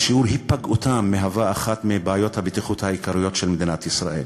ושיעור היפגעותם מהווה אחת מבעיות הבטיחות העיקריות של מדינת ישראל.